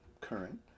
current